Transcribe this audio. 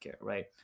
right